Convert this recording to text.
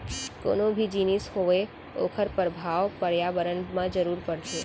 कोनो भी जिनिस होवय ओखर परभाव परयाबरन म जरूर परथे